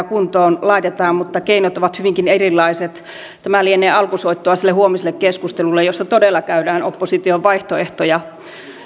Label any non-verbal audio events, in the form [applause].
[unintelligible] kuntoon laitetaan mutta keinot ovat hyvinkin erilaiset tämä lienee alkusoittoa sille huomiselle keskustelulle jossa todella käydään opposition vaihtoehtoja